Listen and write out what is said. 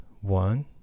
one